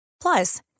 Plus